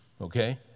Okay